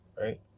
Right